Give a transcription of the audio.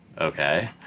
okay